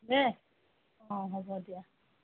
দেই অঁ হ'ব দিয়া